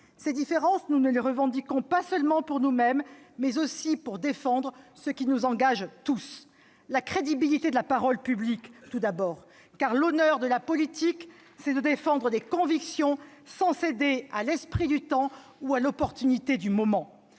Ces différences, nous ne les revendiquons pas seulement pour nous-mêmes, mais aussi pour défendre ce qui nous engage tous. Je citerai la crédibilité de la parole publique, tout d'abord, car l'honneur de la politique, c'est de défendre des convictions, sans céder à l'esprit du temps ou à l'opportunité du moment.